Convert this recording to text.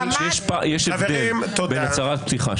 יש הבדל בין הצהרת פתיחה --- חברים, תודה.